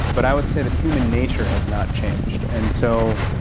but i would say that human nature has not changed. and so